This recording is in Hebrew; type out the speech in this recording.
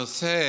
הנושא